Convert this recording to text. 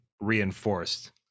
reinforced